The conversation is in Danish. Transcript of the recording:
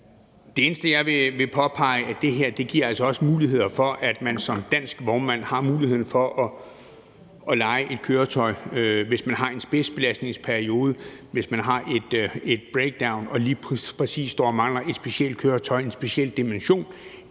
Det eneste, jeg vil påpege, er, at det her altså også giver mulighed for, at man som dansk vognmand kan leje et køretøj i en spidsbelastningsperiode, eller hvis man har et breakdown og lige præcis står og mangler et specielt køretøj, en speciel dimension